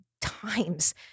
times